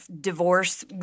divorce